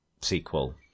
sequel